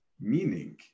meaning